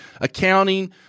accounting